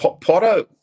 Potter